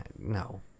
No